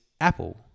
Apple